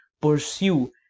Pursue